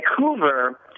Vancouver